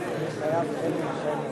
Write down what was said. כזכור לכם, על סעיף 148,